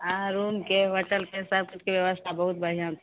आओर रूमके होटलके सबकिछुके व्यवस्था बहुत बढ़िआँ छै